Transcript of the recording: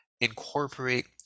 incorporate